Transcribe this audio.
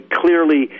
clearly